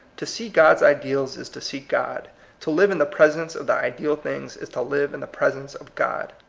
to see god's ideals is to see god to live in the presence of the ideal things is to live in the presence of god.